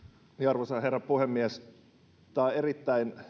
arvoisa herra puhemies tämä on sinänsä erittäin